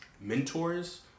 mentors